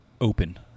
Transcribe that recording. open